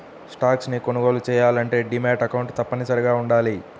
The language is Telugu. స్టాక్స్ ని కొనుగోలు చెయ్యాలంటే డీమాట్ అకౌంట్ తప్పనిసరిగా వుండాలి